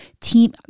team